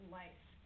life